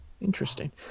Interesting